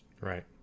Right